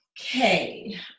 Okay